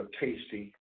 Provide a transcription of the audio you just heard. tasty